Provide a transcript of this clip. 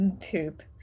poop